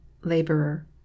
laborer